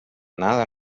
nada